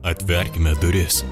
atverkime duris